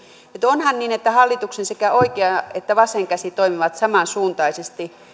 onhan niin että hallituksen sekä oikea että vasen käsi toimivat samansuuntaisesti